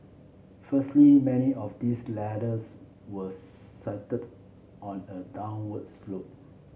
firstly many of these ladders were on a downward slope